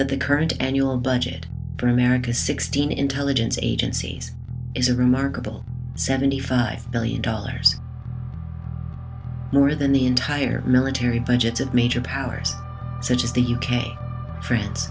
that the current annual budget for america sixteen intelligence agencies is a remarkable seventy five billion dollars more than the entire military budgets of major powers such as the u k france